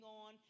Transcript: on